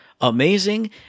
amazing